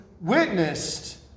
witnessed